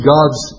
God's